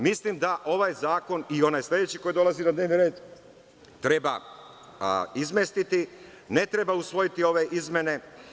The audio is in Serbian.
Mislim da ovaj zakon, i onaj sledeći koji dolazi na dnevni red, treba izmestiti i ne treba usvojiti ove izmene.